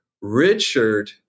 Richard